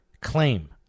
claim